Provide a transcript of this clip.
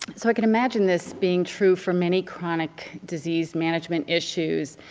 so i could imagine this being true for many chronic disease management issues.